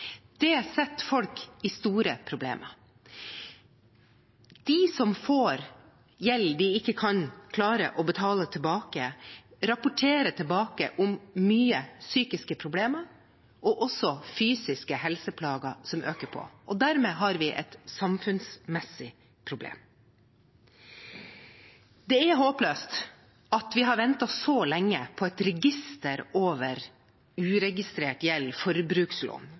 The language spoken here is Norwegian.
Det setter folk i store problemer. De som får gjeld de ikke kan klare å betale tilbake, rapporterer tilbake om mye psykiske problemer og også fysiske helseplager som øker på. Dermed har vi et samfunnsmessig problem. Det er håpløst at vi har ventet så lenge på et register over uregistrert gjeld, forbrukslån.